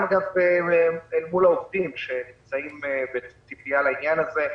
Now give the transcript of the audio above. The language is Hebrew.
גם אל מול העובדים שנמצאים בציפייה לעניין הזה,